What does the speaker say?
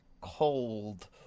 cold